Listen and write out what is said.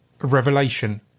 revelation